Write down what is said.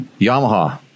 Yamaha